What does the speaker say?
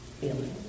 feeling